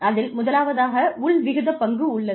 அதில் முதலாவதாக உள் விகிதப்பங்கு உள்ளது